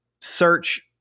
search